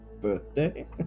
birthday